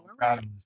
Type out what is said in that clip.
right